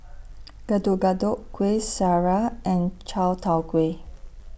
Getuk Getuk Kueh Syara and Chai Tow Kuay